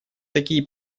такие